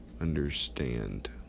understand